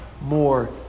more